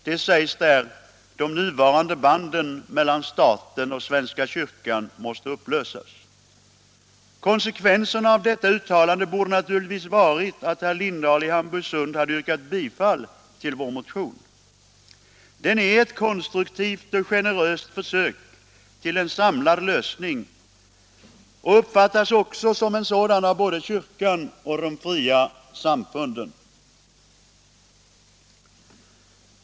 Det sägs där: ”De nuvarande banden mellan staten och Svenska kyrkan måste upplösas.” Konsekvenserna av detta uttalande borde naturligtvis ha varit att herr Lindahl hade yrkat bifall till vår motion. Den innebär ett konstruktivt och generöst försök till en samlad lösning och uppfattas också som ett sådant av både kyrkan och de fria samfunden.